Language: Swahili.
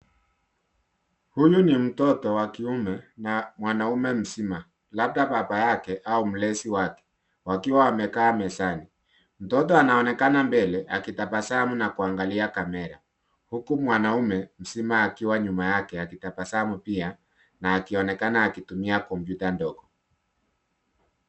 Huyu ni mtoto wa kiume na mwanaume mzima, labda baba yake au mlezi wake, wakiwa wamekaa mezani, mtoto anaonekana mbele akitabasamu na kuangalia kamera huku mwanaume mzima akiwa nyuma yake akitabasamu pia na akionekana akitumia kompyuta ndogo.